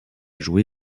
joué